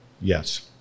Yes